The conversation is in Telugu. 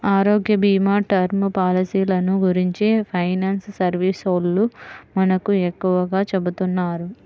ఆరోగ్యభీమా, టర్మ్ పాలసీలను గురించి ఫైనాన్స్ సర్వీసోల్లు మనకు ఎక్కువగా చెబుతున్నారు